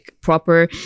proper